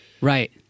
Right